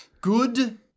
Good